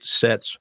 sets